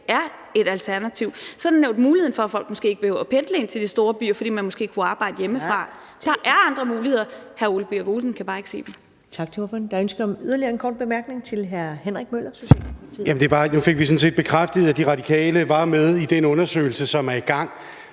er et alternativ. Så er der nævnt muligheden for, at folk måske ikke behøver at pendle ind til de store byer, fordi man måske kunne arbejde hjemmefra. Der er andre muligheder – hr. Ole Birk Olesen kan bare ikke se